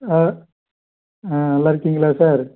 ஆ ஆ நல்லா இருக்கீங்களா சார்